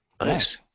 Nice